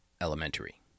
elementary